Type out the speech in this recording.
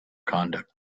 conduct